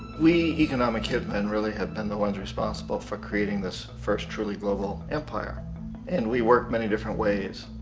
we, economic hit men, really have been the ones responsible for creating this first truly global empire and we work many different ways.